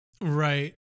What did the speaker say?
Right